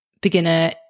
beginner